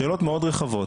שאלות מאוד רחבות,